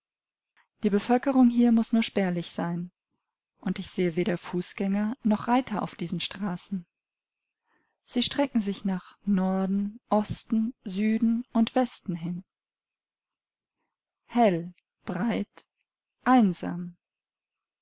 die bevölkerung hier muß nur spärlich sein und ich sehe weder fußgänger noch reiter auf diesen straßen sie strecken sich nach norden osten süden und westen hin hell breit einsam